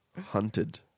hunted